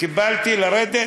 קיבלתי לרדת?